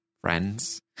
friends